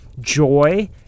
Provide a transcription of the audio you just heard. joy